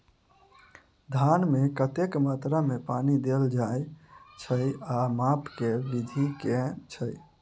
धान मे कतेक मात्रा मे पानि देल जाएँ छैय आ माप केँ विधि केँ छैय?